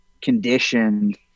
conditioned